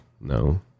No